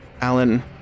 Alan